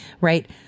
Right